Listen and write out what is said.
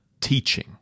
teaching